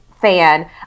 fan